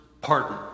pardon